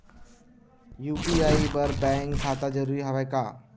UPI बर bank खाता जरूरी हवय का?